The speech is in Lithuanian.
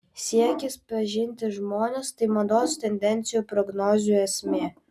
siekis pažinti žmones tai mados tendencijų prognozių esmė